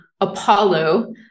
Apollo